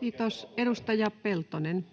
Kiitos. — Edustaja Peltonen,